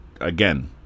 again